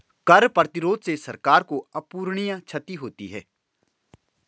कर प्रतिरोध से सरकार को अपूरणीय क्षति होती है